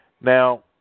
Now